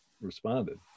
responded